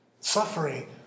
Suffering